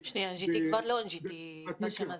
NGT. NGT כבר לא NGT בפן הזה.